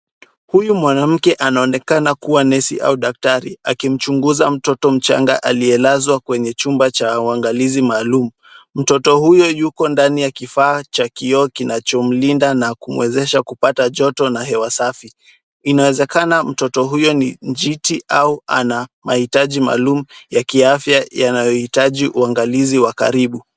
Huyu mwanamke anaonekana kuwa nesi au daktari, akimchunguza mtoto mchanga aliyelazwa kwenye cha uangalizi maalum. Mtoto huyo yuko ndani ya kifaa cha kioo kinachomlinda na kuwezesha kupata joto na hewa safi. Inawezekana mtoto huyo ni njiti au ana mahitaji maalum ya kiafya yanayohitaji uangalizi wa karibu.